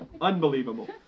unbelievable